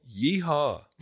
Yeehaw